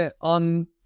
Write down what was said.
on